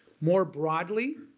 more broadly,